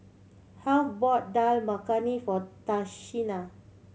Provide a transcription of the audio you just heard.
Heath bought Dal Makhani for Tashina